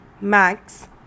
Max